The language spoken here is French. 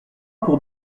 pour